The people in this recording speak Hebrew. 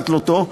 להתלותו,